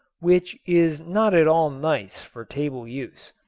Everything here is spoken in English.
which is not at all nice for table use.